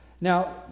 Now